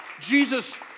Jesus